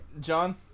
john